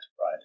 right